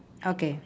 okay